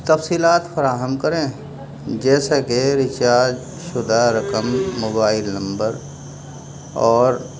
تفصیلات فراہم کریں جیسا کہ ریچارج شدہ رقم موبائل نمبر اور